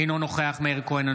אינו נוכח מאיר כהן,